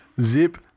Zip